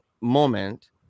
moment